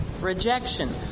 Rejection